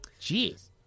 Jeez